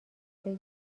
بگه